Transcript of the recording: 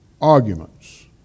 arguments